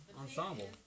ensemble